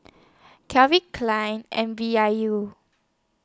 Calvin Klein and V I U